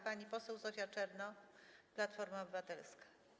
Pani poseł Zofia Czernow, Platforma Obywatelska.